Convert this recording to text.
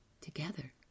together